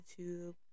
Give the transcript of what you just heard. YouTube